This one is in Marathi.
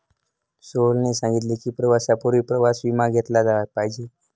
सोहेलने सांगितले की, प्रवासापूर्वी प्रवास विमा घेतला पाहिजे